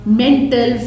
mental